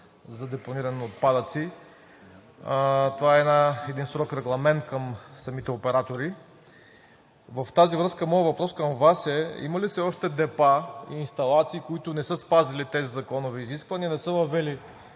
за депониране на отпадъци. Това е един строг регламент към самите оператори. В тази връзка моят въпрос към Вас е: има ли все още депа и инсталации, които не са спазили тези законови изисквания и не са въвели